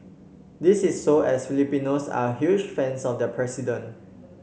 this is so as Filipinos are huge fans of their president